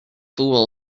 fool